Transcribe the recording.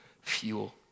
fuel